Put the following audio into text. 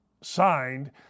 signed